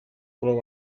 color